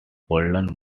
golden